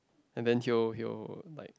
and then he will he will like